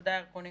תודה, ירקוני.